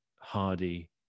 Hardy